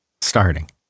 Starting